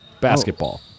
Basketball